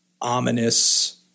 ominous